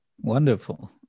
Wonderful